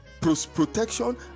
protection